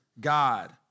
God